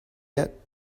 yet